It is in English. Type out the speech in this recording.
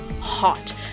hot